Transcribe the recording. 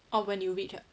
orh when you reach ah